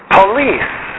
police